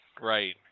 Right